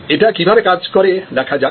এটা কিভাবে কাজ করে দেখা যাক